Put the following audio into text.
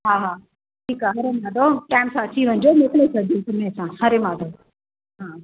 हा हा ठीकु आहे टाइम सां अची वञिजो मोकिले छॾिजो समय सां हरे माधव हा